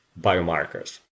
biomarkers